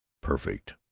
perfect